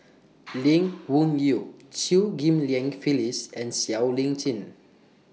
Lee Wung Yew Chew Ghim Lian Phyllis and Siow Lee Chin